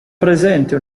presente